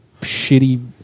shitty